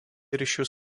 ryšius